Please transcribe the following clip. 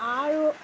আৰু